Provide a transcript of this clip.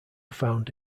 found